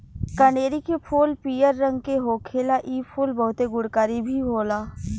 कनेरी के फूल पियर रंग के होखेला इ फूल बहुते गुणकारी भी होला